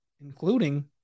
including